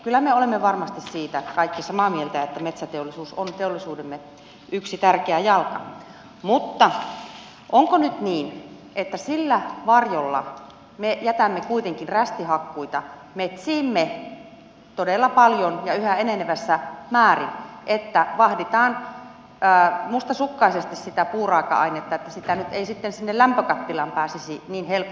kyllä me olemme varmasti siitä kaikki samaa mieltä että metsäteollisuus on teollisuutemme yksi tärkeä jalka mutta onko nyt niin että sillä varjolla me jätämme kuitenkin rästihakkuita metsiimme todella paljon ja yhä enenevässä määrin että vahditaan mustasukkaisesti sitä puuraaka ainetta että sitä nyt ei sitten sinne lämpökattilaan pääsisi niin helposti vilahtamaan